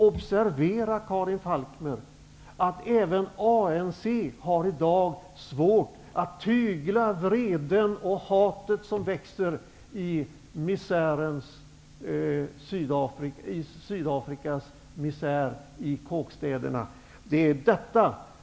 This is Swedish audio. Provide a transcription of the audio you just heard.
Observera, Karin Falkmer, att även ANC i dag har svårt att tygla vreden och hatet som växer i Sydafrikas misär, i kåkstäderna.